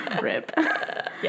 Rip